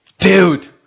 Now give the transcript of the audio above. Dude